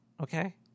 okay